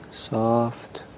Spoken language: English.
soft